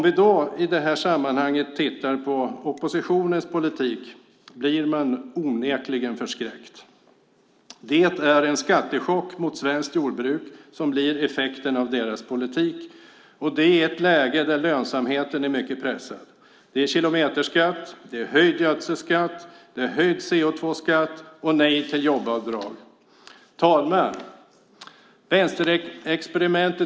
Om man i det här sammanhanget tittar på oppositionens politik blir man onekligen förskräckt. Det är en skattechock för svenskt jordbruk som blir effekten av deras politik, och det i ett läge där lönsamheten är mycket pressad. Det är kilometerskatt, höjd gödselskatt, höjd CO2-skatt och nej till jobbavdrag. Fru ålderspresident!